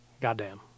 Goddamn